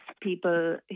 people